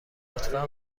لطفا